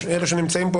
אלה שנמצאים פה,